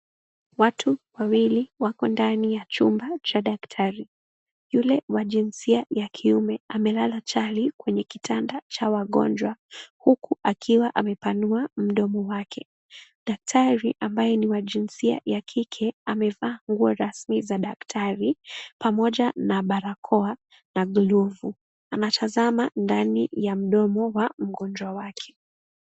Watu wawili wako ndani ya chumba cha daktari. Yule wa jinsia ya kiume amelala chali kwenye kitanda cha mgonjwa huku akiwa amepanua mdomo wake. Daktari ambaye ni wa jinsia ya kike amevaa nguo rasmi za daktari pamoja na barakoa na glovu. Anatazama ndani ya mdomo wa mgonjwa wake.